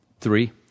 three